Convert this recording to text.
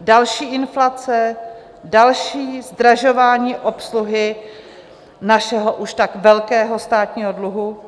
Další inflace, další zdražování obsluhy našeho už tak velkého státního dluhu,